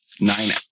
nine